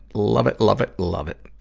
love it, love it, love it.